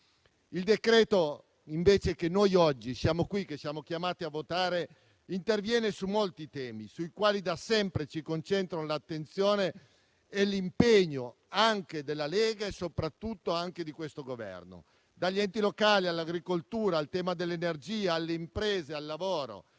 Il decreto che noi oggi siamo qui chiamati a votare interviene su molti temi, sui quali da sempre si concentrano l'attenzione e l'impegno, anche della Lega e soprattutto di questo Governo. Dagli enti locali all'agricoltura, al tema dell'energia, alle imprese e al lavoro,